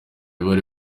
bari